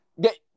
Get